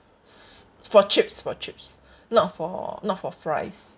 for chips for chips not for not for fries